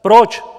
Proč?